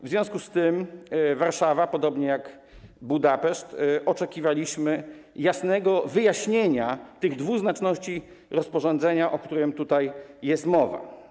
W związku z tym Warszawa, podobnie jak Budapeszt, oczekiwała jasnego wyjaśnienia tych dwuznaczności rozporządzenia, o którym tutaj jest mowa.